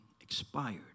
expired